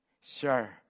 Sure